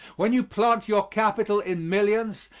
when you plant your capital in millions,